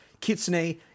Kitsune